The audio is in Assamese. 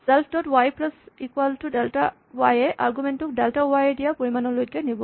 self dot y plus equal to delta y এ আৰগুমেন্ট টো ডেল্টা ৱাই য়ে দিয়া পৰিমাণলৈকে নিব